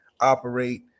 operate